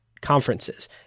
conferences